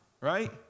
right